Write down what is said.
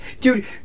Dude